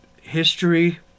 history